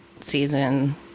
season